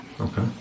Okay